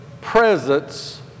presence